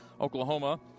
Oklahoma